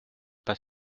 pas